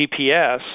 GPS